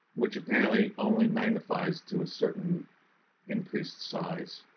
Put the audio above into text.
which apparently only magnifies to a certain increased size.